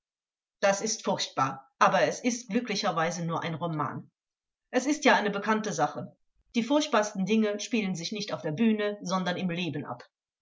das ist furchtbar aber es ist glücklicherweise nur ein roman es ist ja eine bekannte sache die furchtbarsten dinge spielen sich nicht auf der bühne sondern im leben ab